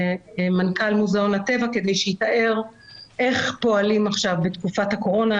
מנכ"ל מוזיאון הטבע כדי שיתאר איך פועלים עכשיו בתקופת הקורונה,